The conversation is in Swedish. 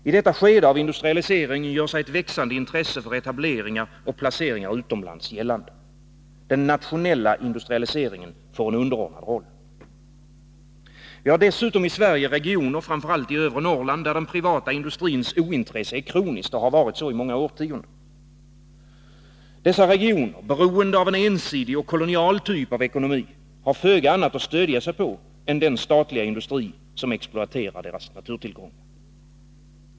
I detta skede av industrialiseringen gör sig ett växande intresse för etableringar och placeringar utomlands gällande. Den nationella industrialiseringen får en underordnad roll. Vi har dessutom i Sverige regioner, framför allt i övre Norrland, där den privata industrins ointresse är kroniskt, och har varit så i många årtionden. Dessa regioner, beroende av en ensidig och kolonial typ av ekonomi, har föga annat att stödja sig på än den statliga industri som exploaterar deras naturtillgångar.